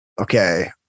okay